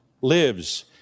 lives